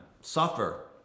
suffer